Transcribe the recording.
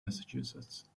massachusetts